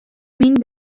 myn